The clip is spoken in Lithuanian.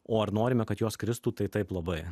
o ar norime kad jos kristų tai taip labai